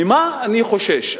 ממה אני חושש?